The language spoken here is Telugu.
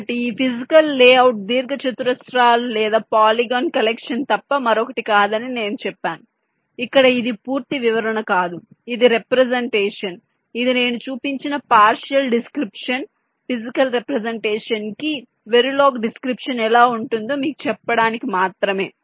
కాబట్టి ఫిజికల్ లేఅవుట్ దీర్ఘచతురస్రాలు లేదా పాలిగాన్ కలెక్షన్ తప్ప మరొకటి కాదని నేను చెప్పాను ఇక్కడ ఇది పూర్తి వివరణ కాదు ఇది రెప్రెసెంటేషన్ ఇది నేను చూపించిన పార్షియల్ డిస్క్రిప్షన్ ఫిజికల్ రెప్రెసెంటేషన్ కి వెరిలోగ్ డిస్క్రిప్షన్ ఎలా ఉంటుందో మీకు చెప్పడానికి మాత్రమే